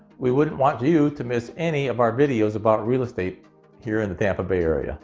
we wouldn't want you to miss any of our videos about real estate here in the tampa bay area